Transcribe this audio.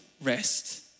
rest